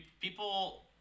People